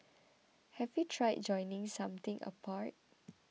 have you tried joining something apart